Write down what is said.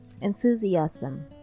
Enthusiasm